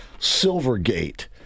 Silvergate